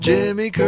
Jimmy